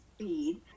speed